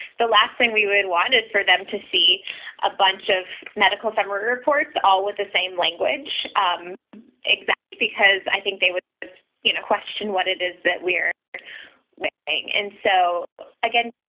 the last thing we would want is for them to see a bunch of medical summary reports all with the same language exam. because i think they would in a question, what it is that we're waiting and so again.